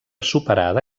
superada